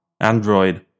Android